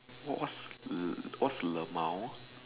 what's what's lmao